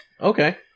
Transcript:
Okay